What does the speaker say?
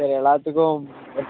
சரி எல்லாத்துக்கும்